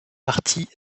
partie